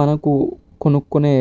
మనకు కొనుక్కునే